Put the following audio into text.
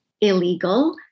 illegal